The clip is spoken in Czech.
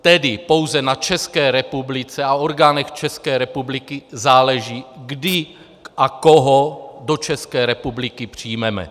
Tedy pouze na České republice a orgánech České republiky záleží, kdy a koho do České republiky přijmeme.